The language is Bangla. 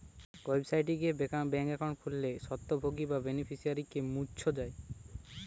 ওয়েবসাইট গিয়ে ব্যাঙ্ক একাউন্ট খুললে স্বত্বভোগী বা বেনিফিশিয়ারিকে মুছ যায়